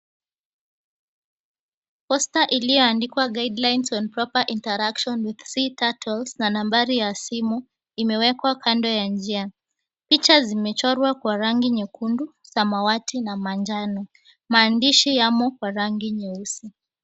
Posta iliyoandikwa Guidelines on proper interaction with sea turtles na nambari ya simu, imewekwa kando ya njia. Picha zimechorwa kwa rangi nyekundu, samawati na manjano, maandishi yamo kwa rangi nyeusi.